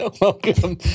welcome